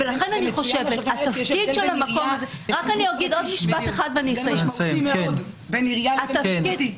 יש הבדל בין עירייה לגוף פרטי.